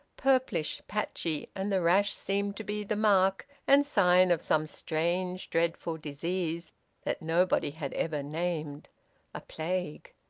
purplish, patchy, and the rash seemed to be the mark and sign of some strange dreadful disease that nobody had ever named a plague.